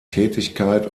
tätigkeit